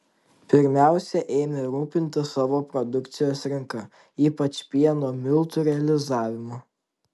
pirmiausia ėmė rūpintis savo produkcijos rinka ypač pieno miltų realizavimu